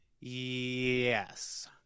Yes